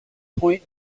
point